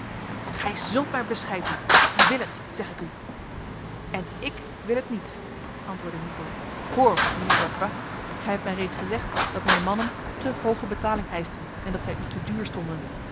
gij zult mij bescheid doen ik wil het zeg ik u en ik wil het niet antwoordde hugo hoor mijnheer d'artois gij hebt mij reeds gezegd dat mijn mannen te hoge betaling eisten en dat zij u te duur stonden